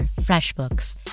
FreshBooks